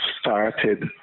started